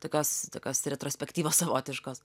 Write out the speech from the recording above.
tokios tokios retrospektyvos savotiškos